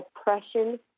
oppression